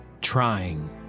trying